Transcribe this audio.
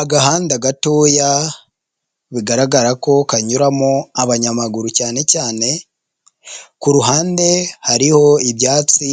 Agahanda gatoya bigaragara ko kanyuramo abanyamaguru cyane cyane ku ruhande hariho ibyatsi